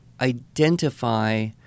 identify